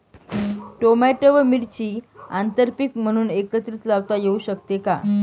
Tomato व मिरची आंतरपीक म्हणून एकत्रित लावता येऊ शकते का?